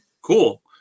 cool